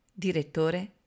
Direttore